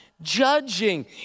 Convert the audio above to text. judging